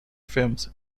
films